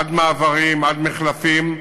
עד מעברים, עד מחלפים,